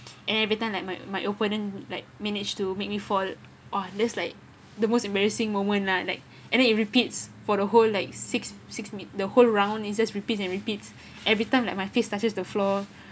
and everytime like my my opponent like manage to make me fall !wah! that's like the most embarrassing moment lah like and then it repeats for the whole like six six minute the whole round is just repeat and repeats every time like my face touches the floor